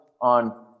on